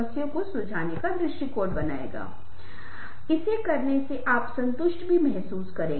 हम अंतिम भाग में वॉयस और लैंग्वेज के बारे में बात कर रहे हैं